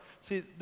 See